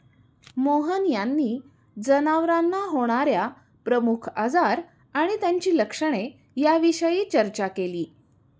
मोहन यांनी जनावरांना होणार्या प्रमुख आजार आणि त्यांची लक्षणे याविषयी चर्चा केली